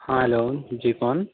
ہاں ہلو جی کون